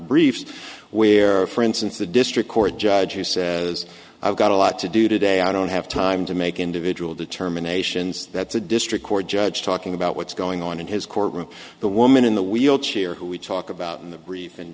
briefs where for instance a district court judge who says i've got a lot to do today i don't have time to make individual determinations that's a district court judge talking about what's going on in his courtroom the woman in the wheelchair who we talk about in the brief